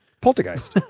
Poltergeist